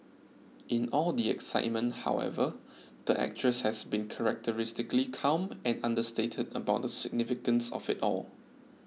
in all the excitement however the actress has been characteristically calm and understated about the significance of it all